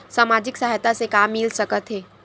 सामाजिक सहायता से का मिल सकत हे?